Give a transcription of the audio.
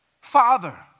Father